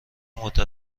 مدت